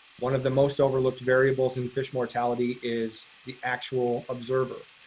one of the most overlooked variables in fish mortality is the actual observer.